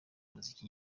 muziki